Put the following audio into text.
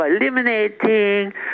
eliminating